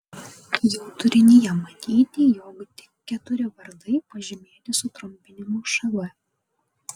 jau turinyje matyti jog tik keturi vardai pažymėti sutrumpinimu šv